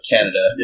Canada